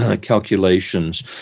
calculations